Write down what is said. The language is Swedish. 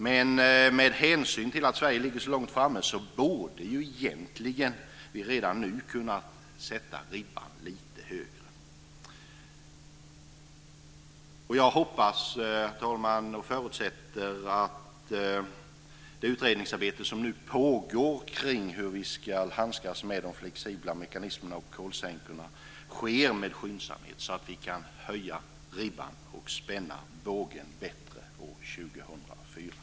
Men med hänsyn till att Sverige ligger så långt framme borde vi egentligen redan nu kunna sätta ribban lite högre. Herr talman! Jag hoppas och förutsätter att det utredningsarbete som nu pågår kring hur vi ska handskas med de flexibla mekanismerna och kolsänkorna sker med skyndsamhet så att vi kan höja ribban och spänna bågen bättre år 2004.